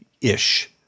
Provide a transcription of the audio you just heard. ish